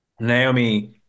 naomi